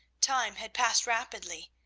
time had passed rapidly,